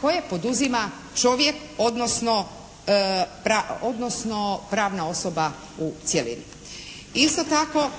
Koje poduzima čovjek odnosno pravna osoba u cjelini. Isto tako,